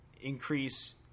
increase